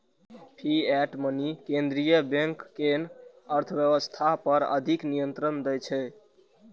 fiat money केंद्रीय bank कें अर्थव्यवस्था पर अधिक नियंत्रण दै छै